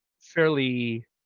fairly